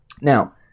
now